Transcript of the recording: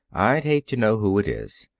i'd hate to know who it is.